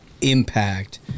impact